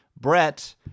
Brett